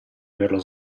averlo